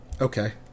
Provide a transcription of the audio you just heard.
Okay